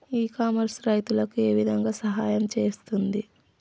ఇ commerce రైతులకు ఏ విధంగా సహాయం చేస్తుంది?